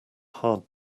hard